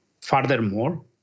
Furthermore